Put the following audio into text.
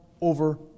over